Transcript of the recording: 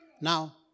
Now